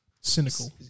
Cynical